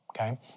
okay